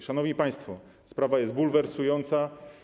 Szanowni państwo, sprawa jest bulwersująca.